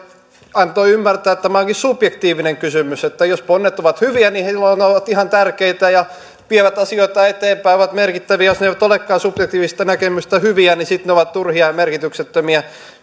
antoi ymmärtää että tämä onkin subjektiivinen kysymys että jos ponnet ovat hyviä niin silloin ne ovat ihan tärkeitä ja vievät asioita eteenpäin ovat merkittäviä ja jos ne eivät olekaan subjektiivisesta näkemyksestä hyviä niin sitten ne ovat turhia ja merkityksettömiä